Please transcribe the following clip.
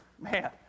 man